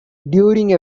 during